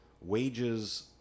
wages